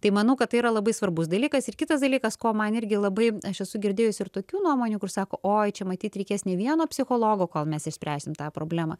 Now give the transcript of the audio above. tai manau kad tai yra labai svarbus dalykas ir kitas dalykas ko man irgi labai aš esu girdėjusi ir tokių nuomonių kur sako oi čia matyt reikės ne vieno psichologo kol mes išspręsim tą problemą